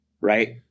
right